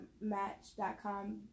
Match.com